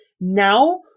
Now